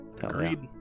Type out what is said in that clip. Agreed